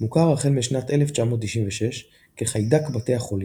מוכר החל משנת 1996 כ"חיידק בתי החולים",